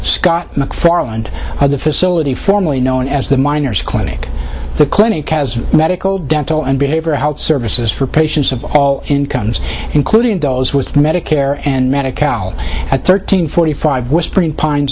mcfarland of the facility formerly known as the miners clinic the clinic has medical dental and behavioral health services for patients of all incomes including those with medicare and medicaid at thirteen forty five whispering pines